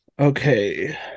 Okay